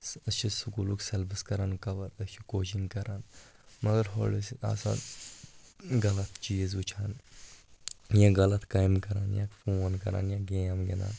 أسۍ چھِ سکوٗلُک سیٚلبَس کَران کَوَر أسۍ چھِ کوچِنٛگ کَران مَگَر ہورٕ ٲسۍ آسان غلط چیٖز وٕچھان یا غلط کامہِ کَران یا فون کَران یا گیم گِنٛدان